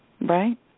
Right